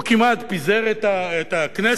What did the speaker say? הוא כמעט פיזר את הכנסת,